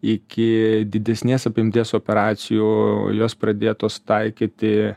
iki didesnės apimties operacijų jos pradėtos taikyti